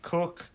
Cook